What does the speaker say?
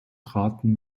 traten